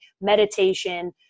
meditation